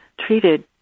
treated